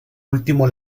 último